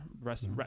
Rest